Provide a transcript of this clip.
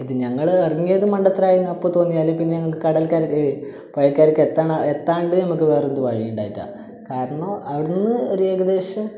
ഇത് ഞങ്ങൾ ഇറങ്ങിയത് മണ്ടത്തരായെന്ന് അപ്പം തോന്നിയാലും പിന്നെ ഞങ്ങൾ കടൽക്കാ പുഴക്കാർക്ക് എത്താണ ഏതാണ്ട് നമുക്ക് വേറെന്ത് വഴി ഉണ്ടായിട്ട കാരണം അവിടുന്നൊരു ഏകദേശം